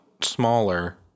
smaller